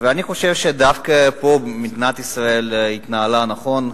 אני חושב שדווקא פה מדינת ישראל התנהלה נכון.